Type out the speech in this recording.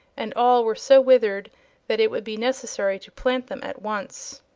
and all were so withered that it would be necessary to plant them at once.